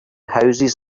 houses